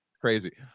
Crazy